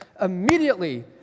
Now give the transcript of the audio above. Immediately